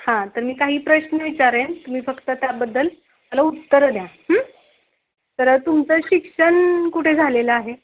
हां तर मी काही प्रश्न विचारेन तुम्ही फक्त त्याबद्दल मला उत्तरं द्या तर तुमचं शिक्षण कुठे झालं आहे